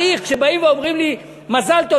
כשבאים ואומרים לי: מזל טוב,